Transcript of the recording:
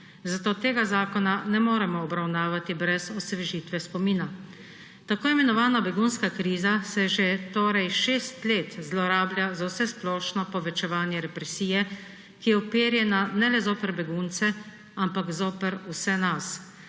Zato tega zakona ne moremo obravnavati brez osvežitve spomina. Tako imenovana begunska kriza se že 6 let zlorablja za vsesplošno povečevanje represije, ki je uperjena ne le zoper begunce, ampak zoper vse nas.